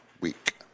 week